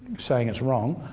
saying, it's wrong,